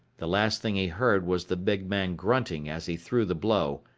the last thing he heard was the big man grunting as he threw the blow,